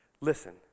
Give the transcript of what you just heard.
Listen